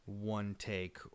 one-take